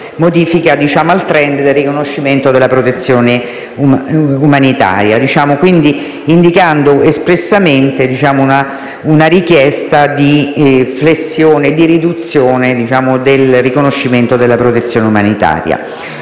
modifica al *trend* del riconoscimento della protezione umanitaria, indicando espressamente una richiesta di flessione, di riduzione del riconoscimento della protezione umanitaria.